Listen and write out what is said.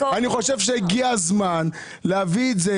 אני חושב שהגיע הזמן להביא את זה